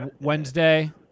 Wednesday